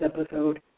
episode